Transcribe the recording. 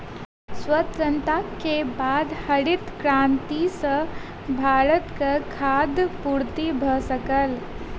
स्वतंत्रता के बाद हरित क्रांति सॅ भारतक खाद्य पूर्ति भ सकल